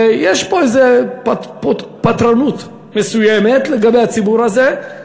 ויש פה איזה פטרונות מסוימת לגבי הציבור הזה,